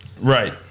Right